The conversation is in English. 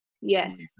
Yes